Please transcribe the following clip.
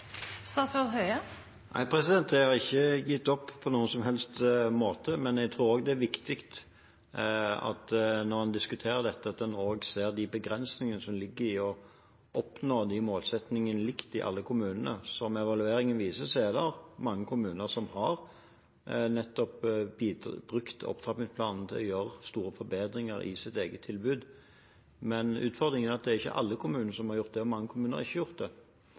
Nei, jeg har ikke gitt opp på noen som helst måte, men jeg tror også det er viktig når en diskuterer dette, at en også ser de begrensningene som ligger i å oppnå de målsettingene likt i alle kommunene. Som evalueringen viser, er det mange kommuner som har brukt opptrappingsplanen til å gjøre store forbedringer i sitt eget tilbud, men utfordringen er at det ikke er alle kommuner som har gjort det. Mange kommuner har ikke gjort det.